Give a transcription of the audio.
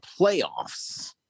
playoffs